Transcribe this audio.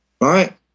right